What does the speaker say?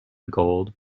gold